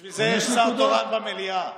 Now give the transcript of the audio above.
בשביל זה יש שר תורן במליאה.